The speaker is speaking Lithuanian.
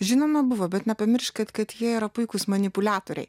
žinoma buvo bet nepamirškit kad jie yra puikūs manipuliatoriai